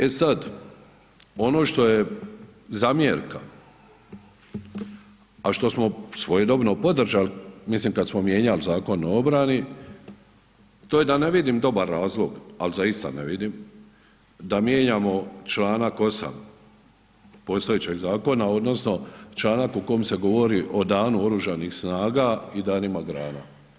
E sada ono što je zamjerka, a što smo svojedobno podržali kada smo mijenjali Zakon o obrani, to je da ne vidim dobar razlog, ali zaista ne vidim, da mijenjamo članak 8. postojećeg zakona odnosno članak u kom se govori o Danu oružanih snaga i Danima grana.